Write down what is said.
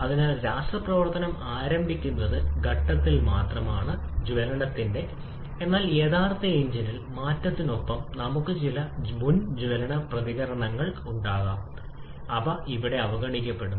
അതിനാൽ രാസപ്രവർത്തനം ആരംഭിക്കുന്നത് ഘട്ടത്തിൽ മാത്രമാണ് ജ്വലനത്തിന്റെ എന്നാൽ യഥാർത്ഥ എഞ്ചിനിൽ മാറ്റത്തിനൊപ്പം നമുക്ക് ചില മുൻ ജ്വലന പ്രതികരണങ്ങൾ ഉണ്ടാകാം താപനില അവ ഇവിടെ അവഗണിക്കപ്പെടുന്നു